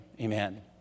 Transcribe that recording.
Amen